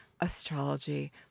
astrology